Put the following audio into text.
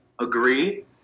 agree